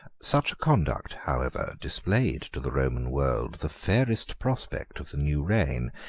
such a conduct, however, displayed to the roman world the fairest prospect of the new reign,